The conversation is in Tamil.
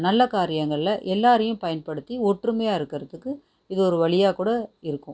நல்ல காரியங்களில் எல்லோரையும் பயன்படுத்தி ஒற்றுமையாக இருக்கிறதுக்கு இது ஒரு வழியாக கூட இருக்கும்